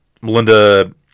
Melinda